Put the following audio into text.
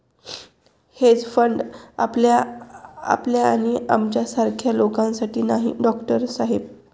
hedge fund आपल्या आणि आमच्यासारख्या लोकांसाठी नाही, डॉक्टर साहेब